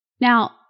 Now